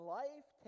life